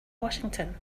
washington